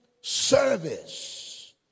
service